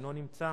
אינו נמצא,